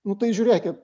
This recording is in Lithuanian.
nu tai žiūrėkit